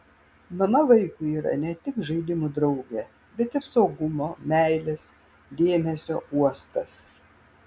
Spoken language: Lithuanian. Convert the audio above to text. mama vaikui yra ne tik žaidimų draugė bet ir saugumo meilės dėmesio uostas